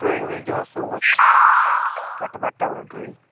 drawing bill ଜହ ସବୁ ଅଛ କାଟ୍ବାର୍ଟା ହୋ ଡ୍ରଇଂ